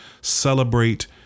celebrate